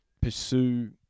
pursue